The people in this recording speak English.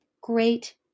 great